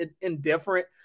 indifferent